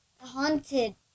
haunted